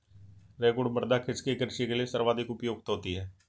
रेगुड़ मृदा किसकी कृषि के लिए सर्वाधिक उपयुक्त होती है?